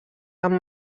amb